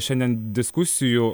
šiandien diskusijų